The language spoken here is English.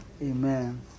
Amen